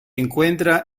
encuentra